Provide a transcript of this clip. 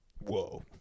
whoa